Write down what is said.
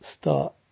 start